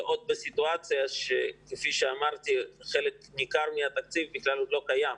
ועוד בסיטואציה שחלק ניכר מהתקציב בכלל עוד לא קיים.